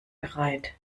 bereit